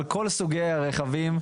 על כל סוגי הרכבים,